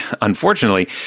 unfortunately